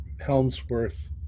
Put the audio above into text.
Helmsworth